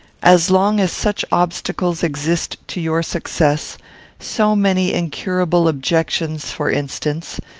as long as such obstacles exist to your success so many incurable objections for instance,